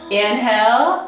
inhale